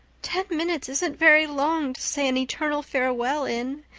ten minutes isn't very long to say an eternal farewell in,